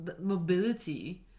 Mobility